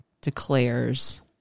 declares